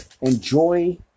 enjoy